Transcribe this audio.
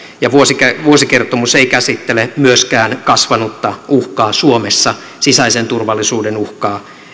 ja vuosikertomus vuosikertomus ei käsittele myöskään kasvanutta uhkaa suomessa sisäisen turvallisuuden uhkaa